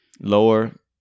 lower